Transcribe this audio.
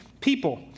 people